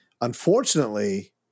unfortunately